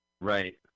right